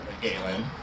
Galen